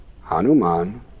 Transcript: Hanuman